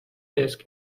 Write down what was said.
desk